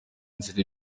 inzira